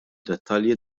dettalji